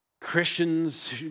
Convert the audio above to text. Christians